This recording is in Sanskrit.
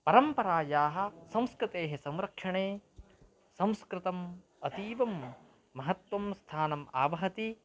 परम्परायाः संस्कृतेः संरक्षणे संस्कृतम् अतीव महत्वं स्थानम् आवहति